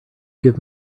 give